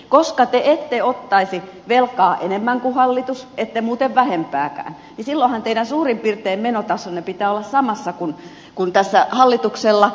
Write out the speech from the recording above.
koska te ette ottaisi velkaa enemmän kuin hallitus ette muuten vähempääkään niin silloinhan teidän menotasonne pitää olla suurin piirtein samassa kuin tässä hallituksella